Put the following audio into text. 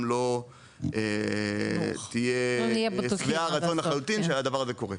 לא תהיה שבעת רצון לחלוטין שהדבר הזה קורה.